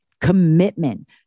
commitment